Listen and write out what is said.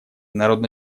народно